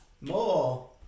More